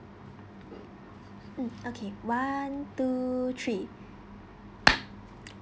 mm okay one two three